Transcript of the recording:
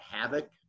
havoc